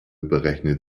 berechnet